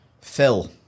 Phil